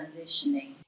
transitioning